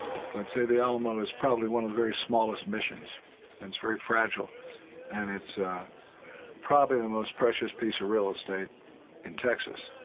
i'd say the alamo is probably one of the very smallest missions. and it's very fragile and it's ah it's probably the most precious piece of real estate in texas.